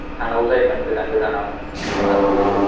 थांनांगौ जायोमोन गोजान गोजानाव दाथ'